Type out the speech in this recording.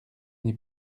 n’ai